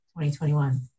2021